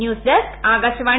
news desk Akashvani